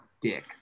dick